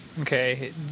Okay